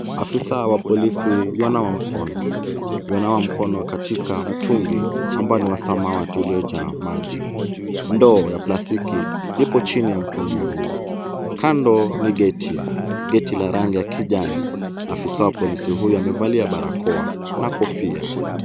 Afisa wa polisi, yuanawa mkono. Yuanawa mkono katika mtungi ambao ni wa samawati uliojaa maji. Ndoo ya plastiki lipo chini ya mtungi huu. Kando ni geti . Geti la rangi ya kijani. Afisa wa polisi huyu amevalia barakoa na kofia.